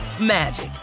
magic